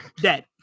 dead